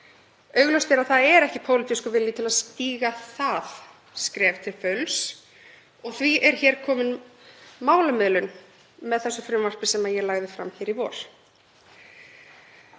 Augljóst er að það er ekki pólitískur vilji til að stíga það skref til fulls og því er hér komin málamiðlun með frumvarpinu sem ég lagði fram í vor.